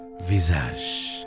Visage